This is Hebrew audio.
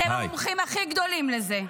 אתם המומחים הכי גדולים לזה.